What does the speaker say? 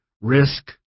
risk